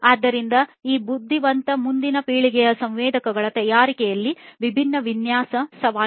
ಆದ್ದರಿಂದ ಈ ಬುದ್ಧಿವಂತ ಮುಂದಿನ ಪೀಳಿಗೆಯ ಸಂವೇದಕಗಳ ತಯಾರಿಕೆಯಲ್ಲಿ ವಿಭಿನ್ನ ವಿನ್ಯಾಸ ಸವಾಲುಗಳಿವೆ